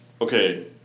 Okay